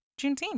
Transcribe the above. Juneteenth